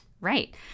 Right